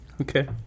okay